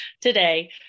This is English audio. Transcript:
today